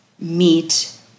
meet